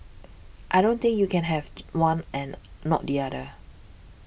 I don't think you can have one and not the other